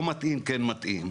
לא מתאים, כן מתאים.